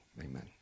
Amen